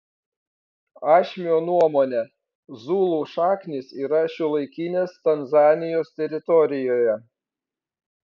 ašmio nuomone zulų šaknys yra šiuolaikinės tanzanijos teritorijoje